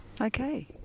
Okay